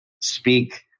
speak